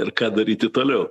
ir ką daryti toliau